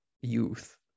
youth